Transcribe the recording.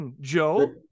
Joe